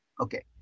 Okay